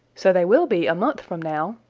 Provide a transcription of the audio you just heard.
so they will be a month from now,